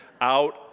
out